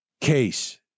case